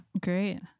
Great